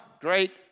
great